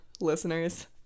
listeners